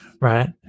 right